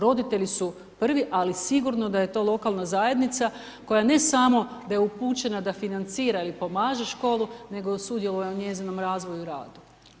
Roditelji su prvi, ali sigurno da je to lokalna zajednica, koja ne samo, da je upućena da financira ili pomaže školi, nego sudjeluju u njezinom razvoju i radu.